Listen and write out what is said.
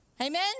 Amen